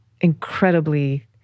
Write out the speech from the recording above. incredibly